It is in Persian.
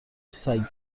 سگشون